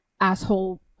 asshole